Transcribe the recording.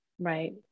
right